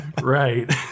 right